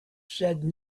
said